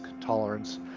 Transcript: tolerance